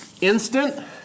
instant